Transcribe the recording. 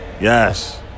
yes